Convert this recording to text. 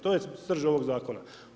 To je srž ovog zakona.